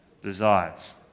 desires